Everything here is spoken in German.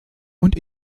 und